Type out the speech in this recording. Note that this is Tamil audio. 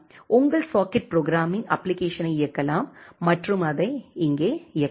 உங்கள் சாக்கெட் ப்ரோக்ராம்மிங் அப்ப்ளிகேஷனை இயக்கலாம் மற்றும் அதை இங்கே இயக்கலாம்